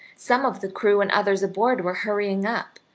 some of the crew and others aboard were hurrying up,